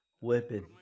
Weapon